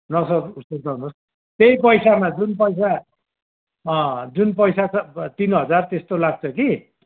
नसक् सुर्ताउनु होस् त्यही पैसामा जुन पैसा जुन पैसा तिन हजार त्यस्तो लाग्छ कि